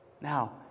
Now